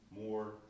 more